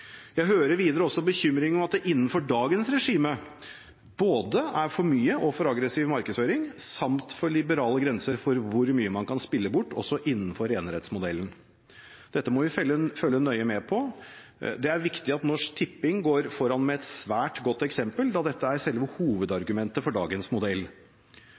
Jeg hører også at det innenfor dagens regime både er for mye og for aggressiv markedsføring, samt for liberale grenser for hvor mye man kan spille bort, også innenfor enerettsmodellen. Dette må vi følge nøye med på. Det er viktig at Norsk Tipping går foran med et svært godt eksempel, da dette er selve hovedargumentet for dagens modell.